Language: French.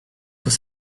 faut